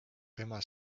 tema